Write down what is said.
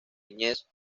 niñez